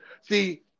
See